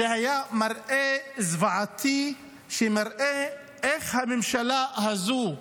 זה היה מראה זוועתי שמראה איך הממשלה הזו,